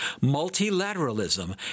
multilateralism